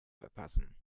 verpassen